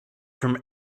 from